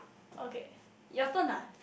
okay your turn ah